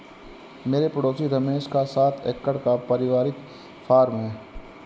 मेरे पड़ोसी रमेश का सात एकड़ का परिवारिक फॉर्म है